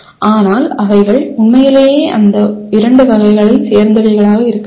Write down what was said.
ஆனால் அவைகள் உண்மையிலேயே அந்த இரண்டு வகைகளைச் சேர்ந்தவைகளாக இருக்க வேண்டும்